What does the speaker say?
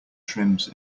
trims